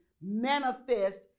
manifest